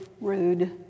rude